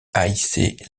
haïssait